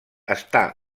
està